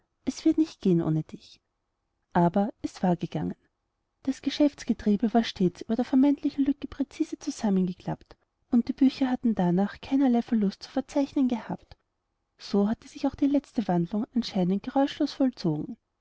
es wird nicht gehen ohne dich aber es war gegangen das geschäftsgetriebe war stets über der vermeintlichen lücke präzise zusammengeklappt und die bücher hatten danach keinerlei verlust zu verzeichnen gehabt so hatte sich auch die letzte wandlung anscheinend geräuschlos vollzogen